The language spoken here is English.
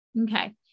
Okay